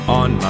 on